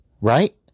Right